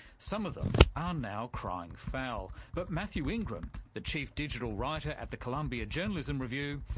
some of them are now crying foul, but mathew ingram, the chief digital writer at the columbia journalism review,